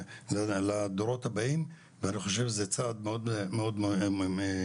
לדורות הבאים ואני חושב שזה צעד מאוד מבורך.